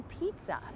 pizza